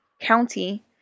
county